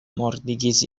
mortigis